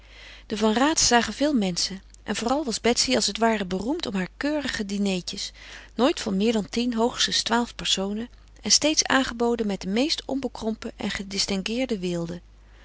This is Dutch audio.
de van raats zagen veel menschen en vooral was betsy als het ware beroemd om haar keurige dinertjes nooit van meer dan tien hoogstens twaalf personen en steeds aangeboden met de meest onbekrompen en gedistingueerde weelde